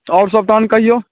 तऽ आओरसब तहन कहिऔ हम